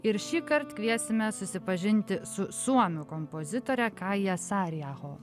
ir šįkart kviesime susipažinti su suomių kompozitore kaija sarijaho